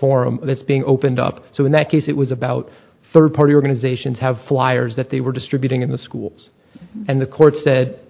forum that's being opened up so in that case it was about third party organizations have flyers that they were distributing in the schools and the court said